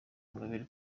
ingabire